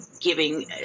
giving